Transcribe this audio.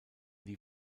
die